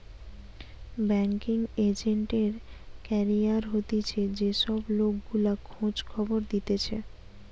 banking agent এর career হতিছে যে সব লোক গুলা খোঁজ খবর দিতেছে